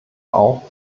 auch